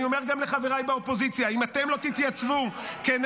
אני אומר גם לחבריי באופוזיציה: אם אתם לא תתייצבו כנגד